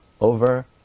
over